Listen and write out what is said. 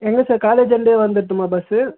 எங்கே sir college வந்து வந்துருட்டுமா பஸ்ஸு